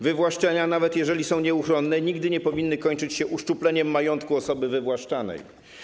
Wywłaszczenia, nawet jeżeli są nieuchronne, nigdy nie powinny kończyć się uszczupleniem majątku osoby wywłaszczanej.